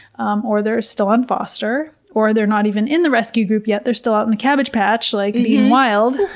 um or they're still on foster. or they're not even in the rescue group yet, they're still out in the cabbage patch like being wild.